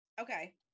okay